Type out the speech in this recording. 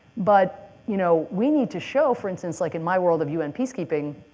but you know we need to show for instance, like in my world of un peacekeeping,